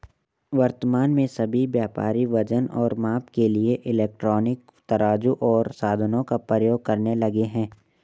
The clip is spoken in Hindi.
वर्तमान में सभी व्यापारी वजन और माप के लिए इलेक्ट्रॉनिक तराजू ओर साधनों का प्रयोग करने लगे हैं